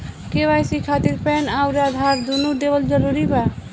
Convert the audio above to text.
KYC खातिर PAN आउर आधार दुनों देवल जरूरी बा?